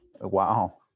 Wow